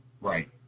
right